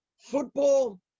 Football